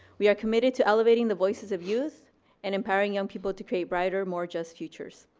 we are committed to elevating the voices of youth and empowering young people to create brighter more just futures.